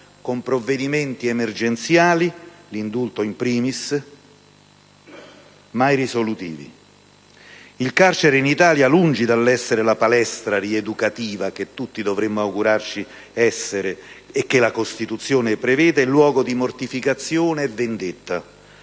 con provvedimenti emergenziali (l'indulto *in primis*), mai risolutivi. Il carcere in Italia, lungi dall'essere la palestra rieducativa che tutti dovremmo augurarci, come prevede la Costituzione, è luogo di mortificazione e vendetta,